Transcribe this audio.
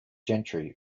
gentry